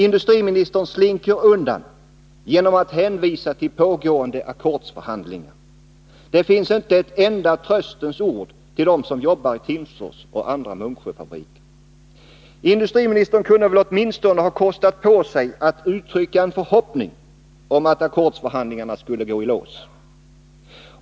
Industriministern slinker undan genom att hänvisa till pågående ackordsförhandlingar. Det finns inte ett enda tröstens ord till dem som arbetar i Timsfors och andra Munksjöfabriker. Industriministern kunde väl åtminstone ha kostat på sig att uttrycka en förhoppning om att ackordsförhandlingarna skall gå i lås.